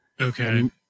Okay